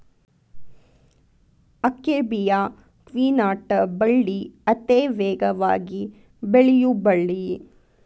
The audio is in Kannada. ಅಕೇಬಿಯಾ ಕ್ವಿನಾಟ ಬಳ್ಳಿ ಅತೇ ವೇಗವಾಗಿ ಬೆಳಿಯು ಬಳ್ಳಿ